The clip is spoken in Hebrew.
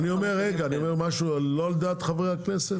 אני אומר משהו לא על דעת חברי הכנסת?